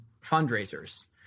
fundraisers